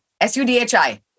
S-U-D-H-I